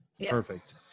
Perfect